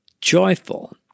joyful